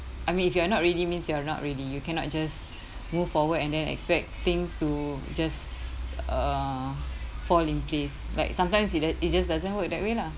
I mean if you are not ready means you are not ready you cannot just move forward and then expect things to just uh fall in place like sometimes it just it just doesn't work that way lah